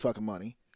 money